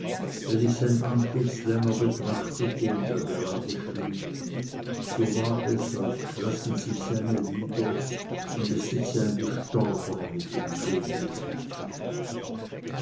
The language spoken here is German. wenn ich sein antlitz länger betrachtete und er gerade schwieg so war es als schlössen sich seine lider und es sitze ein gestorbener mit dem könige zu tische